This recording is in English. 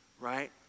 Right